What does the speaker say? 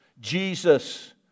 Jesus